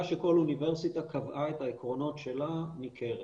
שכל אוניברסיטה קבעה את העקרונות שלה ניכרת